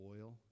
oil